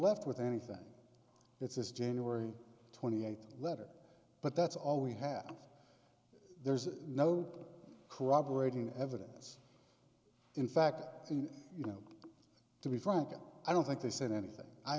left with anything it's this january twenty eighth letter but that's all we have there's no corroborating evidence in fact and you know to be frank i don't think they said anything i